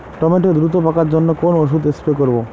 Tomato দ্রুত পাকার জন্য কোন ওষুধ স্প্রে করব?